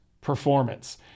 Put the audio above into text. performance